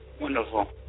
Wonderful